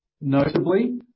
Notably